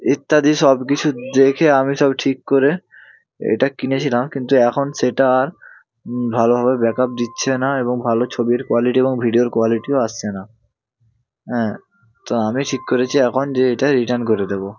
ইত্যাদি সব কিছু দেখে আমি সব ঠিক করে এটা কিনেছিলাম কিন্তু এখন সেটা আর ভালোভাবে ব্যাক আপ দিচ্ছে না এবং ভালো ছবির কোয়ালিটি এবং ভিডিওর কোয়ালিটিও আসছে না হ্যাঁ তো আমি ঠিক করেছি এখন যে এটা রিটার্ন করে দেব